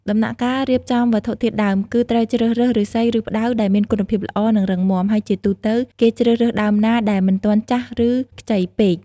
ដំណាក់កាលរៀបចំវត្ថុធាតុដើម គឺត្រូវជ្រើសរើស ឫស្សី ឬ ផ្តៅ ដែលមានគុណភាពល្អ និងរឹងមាំ ហើយជាទូទៅ គេជ្រើសរើសដើមណាដែលមិនទាន់ចាស់ឬខ្ចីពេក។